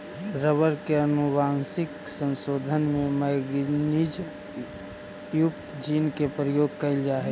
rubber के आनुवंशिक संशोधन में मैगनीज युक्त जीन के प्रयोग कैइल जा हई